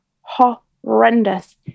horrendous